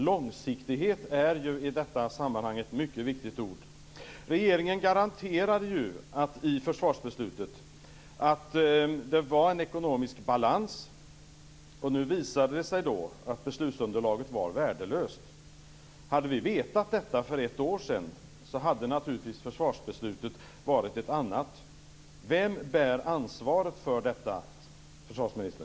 Långsiktighet är ju ett mycket viktigt ord i detta sammanhang. Regeringen garanterade i försvarsbeslutet att det var en ekonomisk balans. Nu visar det sig att beslutunderlaget var värdelöst. Hade vi vetat detta för ett år sedan hade naturligtvis försvarsbeslutet varit ett annat. Vem bär ansvaret för detta, försvarsministern?